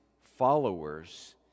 followers